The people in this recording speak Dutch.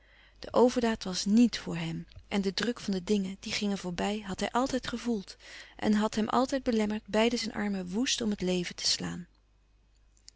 de overdaad was nièt voor hem en den druk van de dingen die gingen voorbij had hij altijd gevoeld en had hem altijd belemmerd beide zijn armen woèst om het leven te slaan